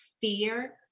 fear